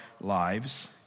lives